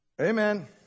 Amen